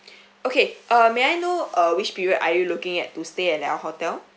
okay uh may I know uh which period are you looking at to stay in at the hotel